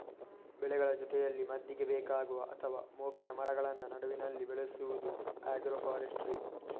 ಬೆಳೆಗಳ ಜೊತೆಯಲ್ಲಿ ಮದ್ದಿಗೆ ಬೇಕಾಗುವ ಅಥವಾ ಮೋಪಿನ ಮರಗಳನ್ನ ನಡುವಿನಲ್ಲಿ ಬೆಳೆಸುದು ಆಗ್ರೋ ಫಾರೆಸ್ಟ್ರಿ